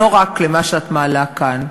לא רק למה שאת מעלה כאן,